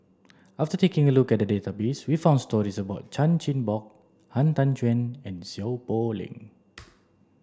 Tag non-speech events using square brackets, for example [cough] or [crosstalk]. after taking a look at the database we found stories about Chan Chin Bock Han Tan Juan and Seow Poh Leng [noise]